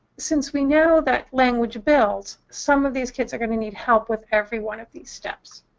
since we know that language builds, some of these kids are going to need help with every one of these steps.